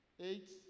eight